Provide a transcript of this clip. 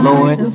Lord